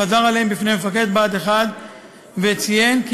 חזר עליהם בפני מפקד בה"ד 1 וציין כי